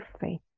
faith